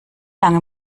lange